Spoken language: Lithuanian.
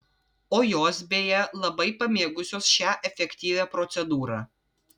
o jos beje labai pamėgusios šią efektyvią procedūrą